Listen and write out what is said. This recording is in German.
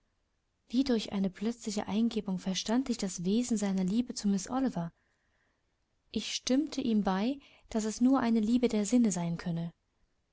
wie durch eine plötzliche eingebung verstand ich das wesen seiner liebe zu miß oliver ich stimmte ihm bei daß es nur eine liebe der sinne sein könne